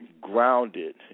grounded